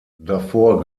davor